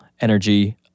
energy